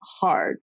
hard